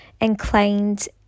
inclined